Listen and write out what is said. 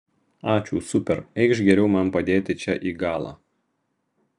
ačiū super eikš geriau man padėti čia į galą